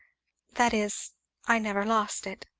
that is i never lost it.